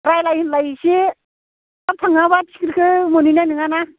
रायलाय होनलाय एसे थाब थाङाबा टिकेटखौ मोनहैनाय नङाना